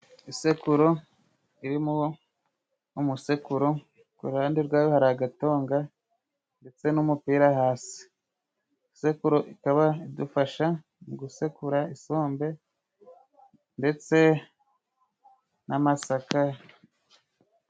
Isekuru irimo umusekuro，ku ruhande rwayo hari agatonga ndetse n'umupira hasi. Isekuru ikaba idufasha gusekura isombe ndetse n'amasaka.